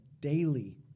daily